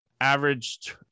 averaged